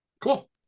Cool